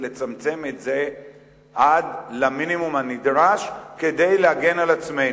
ולצמצם את זה עד למינימום הנדרש כדי להגן על עצמנו.